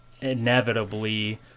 inevitably